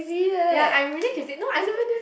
ya I really can no I suppose